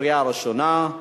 קריאה ראשונה.